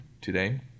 today